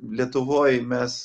lietuvoj mes